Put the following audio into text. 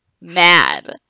mad